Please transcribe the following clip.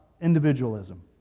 individualism